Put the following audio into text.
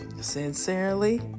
Sincerely